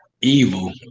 Evil